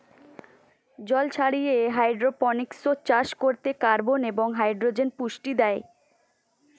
জল ছাড়িয়ে হাইড্রোপনিক্স চাষ করতে কার্বন এবং হাইড্রোজেন পুষ্টি দেয়